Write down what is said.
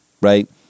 Right